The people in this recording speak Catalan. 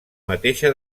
mateixa